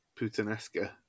putanesca